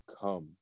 come